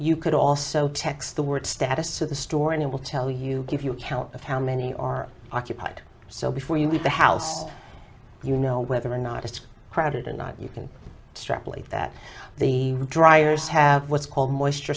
you could also text the word status at the store and it will tell you if you count of how many are occupied so before you leave the house you know whether or not it's crowded and not you can strap believe that the dryer is have what's called moisture